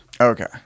Okay